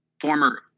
former